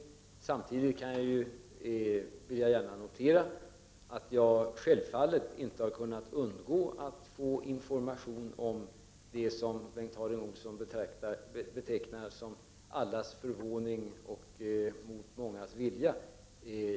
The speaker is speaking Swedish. Men samtidigt vill jag gärna notera att jag självfallet inte har kunnat undgå att få information om det som Bengt Harding Olson betonar när han talar om att saker sker till allas förvåning och mot mångas vilja.